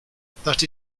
that